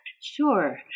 Sure